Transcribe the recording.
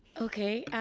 okay,